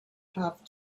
have